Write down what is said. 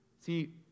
See